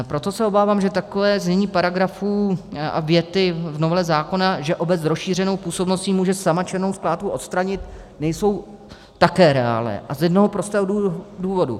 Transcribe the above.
Proto se obávám, že takové znění paragrafů a věty v novele zákona, že obec s rozšířenou působností může sama černou skládku odstranit, nejsou také reálné, a to z jednoho prostého důvodu.